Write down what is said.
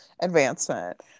advancement